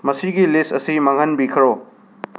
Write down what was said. ꯃꯁꯤꯒꯤ ꯂꯤꯁ ꯑꯁꯤ ꯃꯥꯡꯍꯟꯕꯤꯈ꯭ꯔꯣ